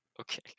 Okay